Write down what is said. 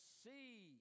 see